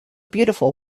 beautiful